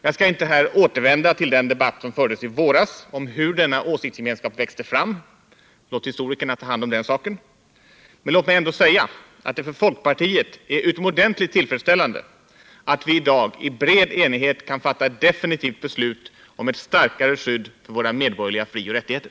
Jag skall inte nu återvända till den debatt som fördes i våras om hur denna åsiktsgemenskap växte fram — låt historikerna ta hand om den saken. Men låt mig ändå säga att det för folkpartiet är utomordentligt tillfredsställande att vi i dag i bred enighet kan fatta ett definitivt beslut om ett starkare skydd för våra medborgerliga frioch rättigheter.